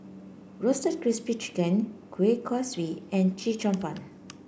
Roasted Crispy Spring Chicken Kueh Kaswi and Chee Cheong Fun